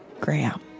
Graham